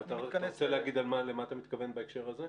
אבל אתה רוצה להגיד למה אתה מתכוון בהקשר הזה?